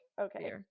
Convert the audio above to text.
okay